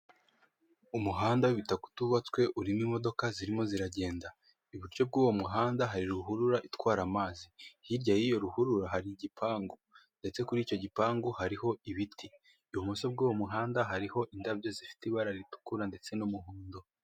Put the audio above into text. Umuhanda w'ibitaka utubatswe urimo imodoka zirimo ziragenda, iburyo bw'uwo muhanda hari ruhurura itwara amazi, hirya y'iyo ruhurura hari igipangu ndetse kuri icyo gipangu hariho ibiti, ibumoso bw'uwo muhanda hariho indabyo zifite ibara ritukura ndetse n'umuhondo.